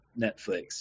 Netflix